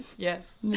Yes